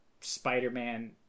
Spider-Man